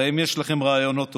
הרי אם יש לכם רעיונות טובים,